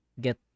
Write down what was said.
get